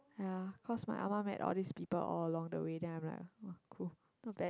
ya cause my ah ma met all these people all along the way then I'm like oh cool not bad